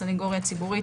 סנגוריה ציבורית,